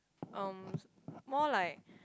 um more like